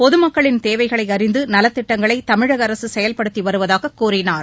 பொதுமக்களின் தேவைகளை அறிந்து நலத்திட்டங்களை தமிழக அரசு செயல்படுத்தி வருவதாகக் கூறினார்